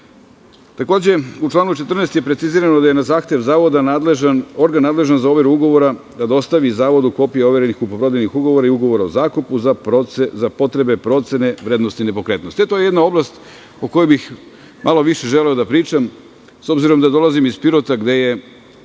poslovima.U članu 14. je precizirano da je na zahtev zavoda organ nadležan za overu ugovora dužan da dostavi zavodu kopiju overenih kupo-prodajnih ugovora i ugovora o zakupu za potrebe procene vrednosti nepokretnosti. To je jedna oblast o kojoj bih želeo malo više da pričam, s obzirom da dolazim iz Pirota, gde je